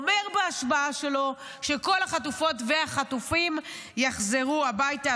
בהשבעה שלו שכל החטופות והחטופים יחזרו הביתה.